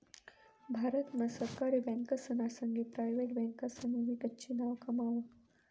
भारत मा सरकारी बँकासना संगे प्रायव्हेट बँकासनी भी गच्ची नाव कमाव